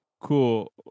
Cool